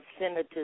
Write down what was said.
senators